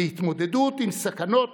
בהתמודדות עם סכנות